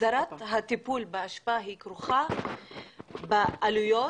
הסדרת הטיפול באשפה כרוכה בעלויות,